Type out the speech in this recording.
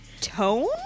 tone